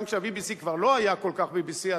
גם כשה-BBC כבר לא היה כל כך BBC,